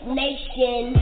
nation